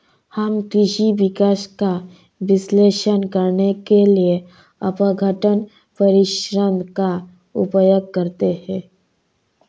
हम कृषि विकास का विश्लेषण करने के लिए अपघटन परीक्षण का उपयोग करते हैं